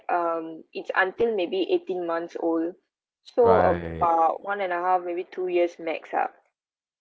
um it's until maybe eighteen months old so about one and a half maybe two years max ah